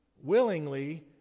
willingly